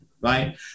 right